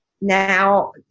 now